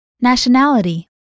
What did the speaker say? Nationality